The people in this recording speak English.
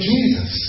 Jesus